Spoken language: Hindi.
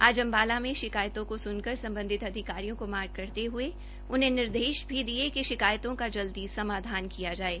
आज अंबाला में शिकायतों को सुनकर सम्बन्धित अधिकारियां को मार्क करते हुए उन्हें निर्देश भी दिये कि शिकायतों का जल्दी समाधान किया जाये